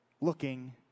looking